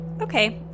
Okay